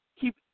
Keep